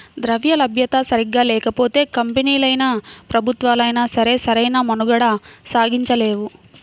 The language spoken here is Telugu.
ద్రవ్యలభ్యత సరిగ్గా లేకపోతే కంపెనీలైనా, ప్రభుత్వాలైనా సరే సరైన మనుగడ సాగించలేవు